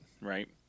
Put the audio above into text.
right